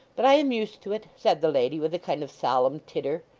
but i am used to it said the lady with a kind of solemn titter,